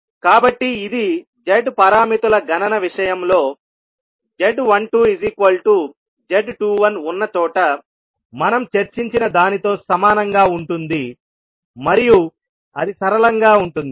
కాబట్టి ఇది Z పారామితుల గణన విషయంలో z12z21 ఉన్న చోట మనం చర్చించిన దానితో సమానంగా ఉంటుంది మరియు అది సరళంగా ఉంటుంది